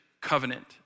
covenant